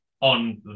on